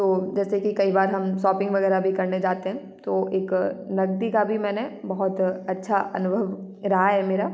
तो जैसे कि कई बार हम शॉपिंग वगैरह भी करने जाते हैं तो एक नकदी का भी मैंने बहुत अच्छा अनुभव रहा है मेरा